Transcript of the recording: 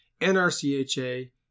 NRCHA